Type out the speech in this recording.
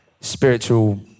spiritual